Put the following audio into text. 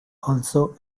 also